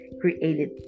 created